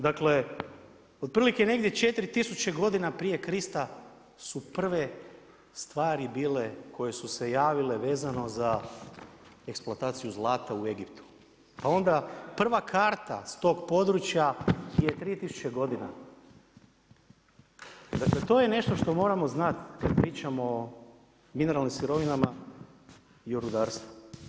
Dakle otprilike negdje 4000 godina prije Krista su prve stvari bile koje su se javile vezano za eksploataciju zlata u Egiptu, pa onda prva karta s tog područja prije 3000 godina, dakle to je nešto što moramo znati kada pričamo o mineralnim sirovinama i o rudarstvu.